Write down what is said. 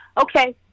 okay